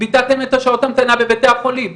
ביטלתם את השעות המתנה בבתי החולים.